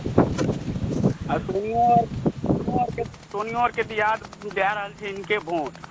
आ सोनियो सोनियो आरके दियाद दै रहल छै हिनके वोट